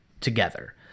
together